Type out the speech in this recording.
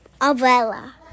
Avella